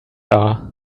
are